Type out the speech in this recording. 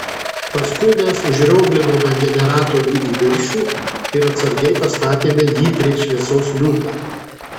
paskui mes užrioglinome generatorių į viršų ir atsargiai pastatėme jį prie šviesos liuko